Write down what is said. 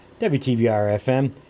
WTBR-FM